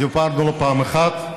דיברנו לא פעם אחת,